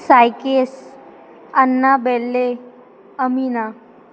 Sykes Anna Belle Amina